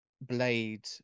Blade